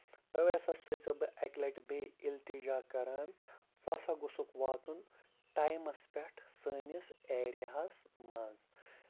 تَوے ہسا چھُسٔے ژےٚ بہٕ اَکہِ لَٹہِ بیٚیہِ اَلتِجا کران ژٕ ہسا گوٚژُکھ واتُن ٹایمَس پٮ۪ٹھ سٲنِس ایریا ہَس منٛز